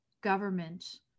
government